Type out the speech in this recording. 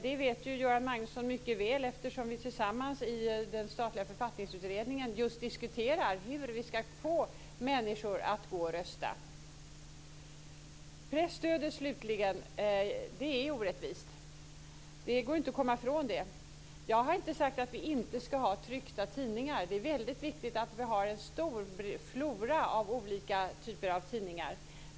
Det vet ju Göran Magnusson mycket väl, eftersom vi tillsammans i den statliga Författningsutredningen just diskuterar hur vi ska få människor att gå och rösta. Presstödet slutligen är orättvist. Det går inte att komma ifrån det. Jag har inte sagt att vi inte ska ha tryckta tidningar. Det är väldigt viktigt att vi har en stor flora av olika typer av tidningar.